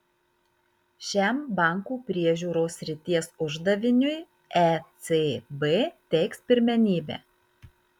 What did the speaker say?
šiam bankų priežiūros srities uždaviniui ecb teiks pirmenybę